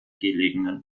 gelegenen